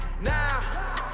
Now